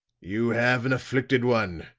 you have an afflicted one.